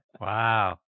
Wow